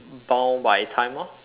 bound by time lor